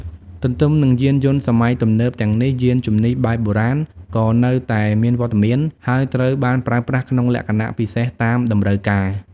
ទន្ទឹមនឹងយានយន្តសម័យទំនើបទាំងនេះ យានជំនិះបែបបុរាណក៏នៅតែមានវត្តមាន ហើយត្រូវបានប្រើប្រាស់ក្នុងលក្ខណៈពិសេសតាមតម្រូវការ។